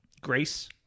Grace